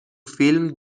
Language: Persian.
فیلم